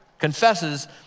Confesses